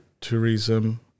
tourism